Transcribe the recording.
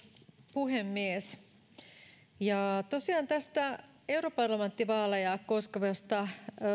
puhemies tosiaan tästä europarlamenttivaaleja koskevasta